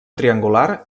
triangular